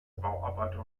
bauarbeiter